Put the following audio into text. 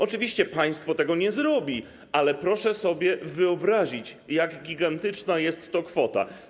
Oczywiście państwo tego nie zrobi, ale proszę sobie wyobrazić, jak gigantyczna jest to kwota.